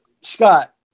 Scott